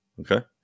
Okay